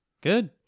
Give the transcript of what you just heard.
good